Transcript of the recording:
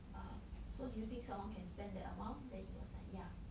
err so do you think someone can spend that amount then he was like yeah